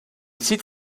site